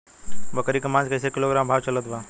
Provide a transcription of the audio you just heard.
बकरी के मांस कईसे किलोग्राम भाव चलत बा?